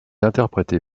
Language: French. interprétée